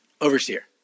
overseer